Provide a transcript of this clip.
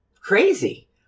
crazy